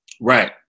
Right